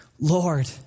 Lord